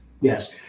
yes